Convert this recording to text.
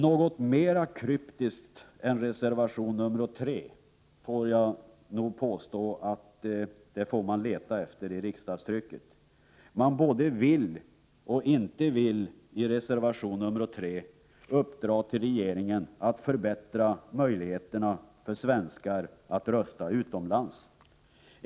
Något mera kryptiskt än reservation 3 får man nog leta efter i riksdagstrycket. Man både vill och inte vill uppdra åt regeringen att förbättra möjligheterna för svenskar att rösta utomlands.